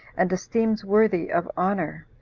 and esteems worthy of honor.